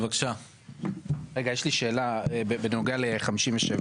יש לי שאלה בנוגע לסעיף 57